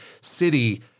city